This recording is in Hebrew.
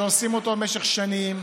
שעושים אותו במשך שנים.